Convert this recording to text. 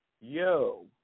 Yo